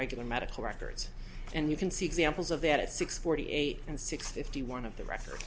regular medical records and you can see examples of that at six forty eight and six fifty one of the record